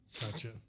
gotcha